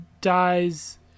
dies